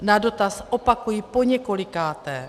Na dotaz opakuji poněkolikáté.